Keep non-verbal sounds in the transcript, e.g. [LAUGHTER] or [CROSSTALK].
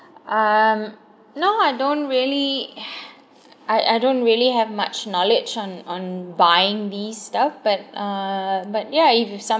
um no I don't really [BREATH] I I don't really have much knowledge on on buying these stuff but uh but yeah if you somebody